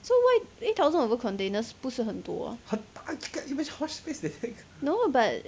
so why eight thousand over containers 不是很多 no but